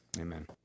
Amen